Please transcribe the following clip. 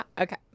Okay